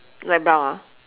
light brown ah